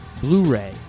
Blu-ray